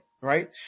right